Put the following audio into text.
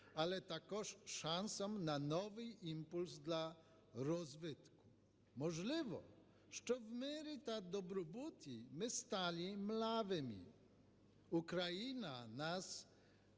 але також шансом на новий імпульс для розвитку. Можливо, що в мирі та добробуті ми стали млявими. Україна нас